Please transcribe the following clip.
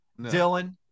Dylan